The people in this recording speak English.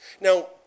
Now